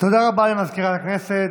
תודה רבה למזכירת הכנסת.